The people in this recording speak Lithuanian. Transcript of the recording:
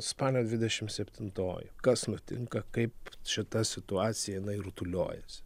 spalio dvidešimt septintoji kas nutinka kaip šita situacija rutuliojasi